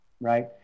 right